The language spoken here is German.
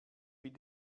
wie